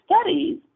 studies